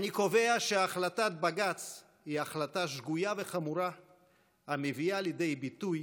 אני קובע שהחלטת בג"ץ היא החלטה שגויה וחמורה המביאה לידי ביטוי